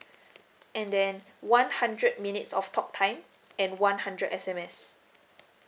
and then one hundred minutes of talk time and one hundred S_M_S